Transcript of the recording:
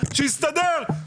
שיסתדר,